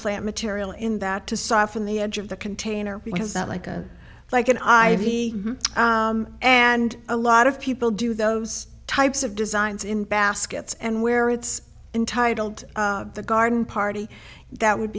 plant material in that to soften the edge of the container because that like a like an i v and a lot of people do those types of designs in baskets and where it's entitled the garden party that would